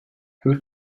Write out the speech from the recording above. who